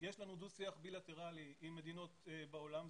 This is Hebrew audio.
יש לנו דו-שיח בילטרלי עם מדינות בעולם.